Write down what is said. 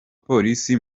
polisi